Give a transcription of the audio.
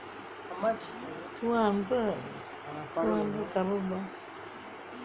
two hundred